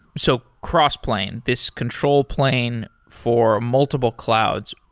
so crossplane, this control plane for multiple clouds.